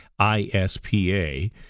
ISPA